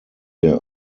der